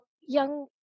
young